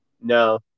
No